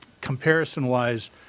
Comparison-wise